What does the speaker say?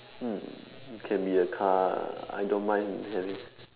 mm can be a car I don't mind having